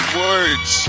words